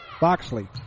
Boxley